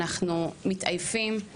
אנחנו מתעייפים,